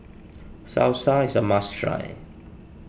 Salsa is a must try